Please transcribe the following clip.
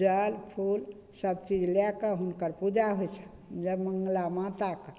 जल फूल सभचीज लैके हुनकर पूजा होइ छनि जय मङ्गला माताके